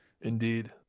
Indeed